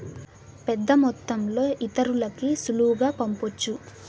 పెద్దమొత్తంలో ఇతరులకి సులువుగా పంపొచ్చు